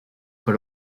per